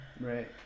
Right